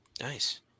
Nice